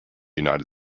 united